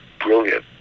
brilliant